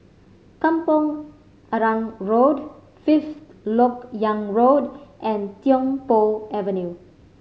Kampong Arang Road Fifth Lok Yang Road and Tiong Poh Avenue